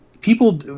people